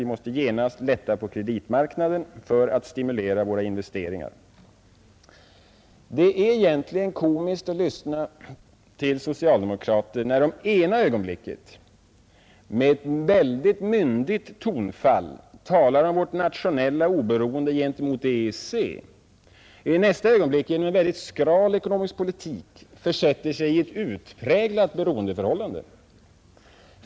Vi måste genast lätta på kreditmarknaden för att stimulera till investeringar. Det är egentligen komiskt att lyssna till socialdemokrater när de ena ögonblicket med ett myndigt tonfall talar om vårt nationella oberoende gentemot EEC och i nästa ögonblick genom en utomordentligt skral ekonomisk politik försätter sig i ett utpräglat beroendeförhållande.